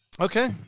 Okay